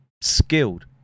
skilled